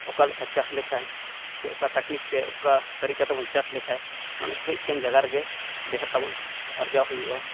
ᱚᱠᱟ ᱞᱮᱠᱟ ᱪᱟᱥ ᱞᱮᱠᱷᱟᱱ ᱪᱮ ᱚᱠᱟ ᱛᱟᱠᱱᱤᱠᱛᱮ ᱚᱠᱟ ᱛᱟᱨᱤᱠᱟᱛᱮᱵᱚᱱ ᱪᱟᱥ ᱞᱮᱠᱷᱟᱱ ᱢᱟᱱᱮ ᱠᱟᱹᱡᱜᱟᱱ ᱡᱟᱜᱟᱨᱮᱜᱮ ᱰᱷᱮᱨᱛᱟᱵᱚᱱ ᱟᱨᱡᱟᱣ ᱦᱩᱭᱩᱜᱼᱟ